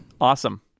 Awesome